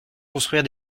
construire